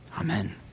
Amen